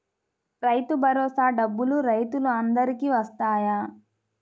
రైతు భరోసా డబ్బులు రైతులు అందరికి వస్తాయా?